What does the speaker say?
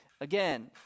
again